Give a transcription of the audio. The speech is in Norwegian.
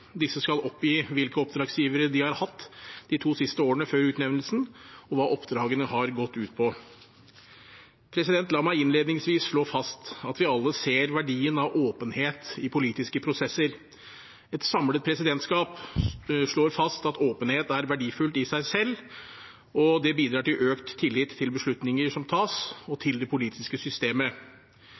Disse skal oppgi hvilke oppdragsgivere de har hatt de to siste årene før utnevnelsen, og hva oppdragene har gått ut på. La meg innledningsvis slå fast at vi alle ser verdien av åpenhet i politiske prosesser. Et samlet presidentskap slår fast at åpenhet er verdifullt i seg selv. Det bidrar til økt tillit til beslutninger som tas, og til det politiske systemet.